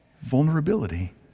vulnerability